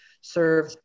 serve